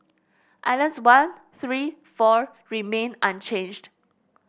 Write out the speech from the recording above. islands one three four remained unchanged